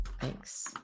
Thanks